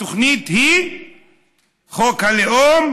התוכנית היא חוק הלאום,